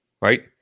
Right